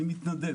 אני מתנדב.